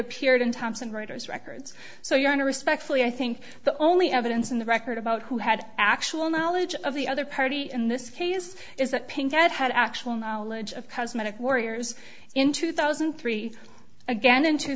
appeared in thompson reuters records so your honor respectfully i think the only evidence in the record about who had actual knowledge of the other party in this case is that pinhead had actual knowledge of cosmetic warriors in two thousand and three again in two